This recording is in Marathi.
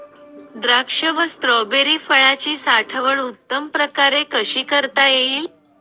द्राक्ष व स्ट्रॉबेरी फळाची साठवण उत्तम प्रकारे कशी करता येईल?